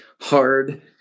hard